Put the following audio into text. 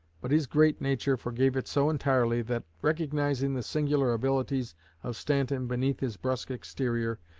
but his great nature forgave it so entirely that, recognizing the singular abilities of stanton beneath his brusque exterior,